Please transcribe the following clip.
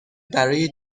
برای